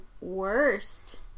worst